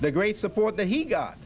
the great support that he got